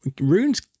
Rune's